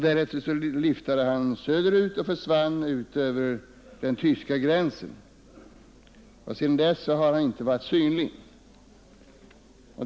Därefter liftade han söderut och försvann över den tyska gränsen. Sedan dess har han inte varit synlig.